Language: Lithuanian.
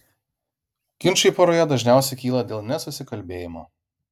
ginčai poroje dažniausiai kyla dėl nesusikalbėjimo